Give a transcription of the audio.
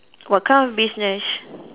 what kind of business